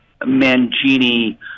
Mangini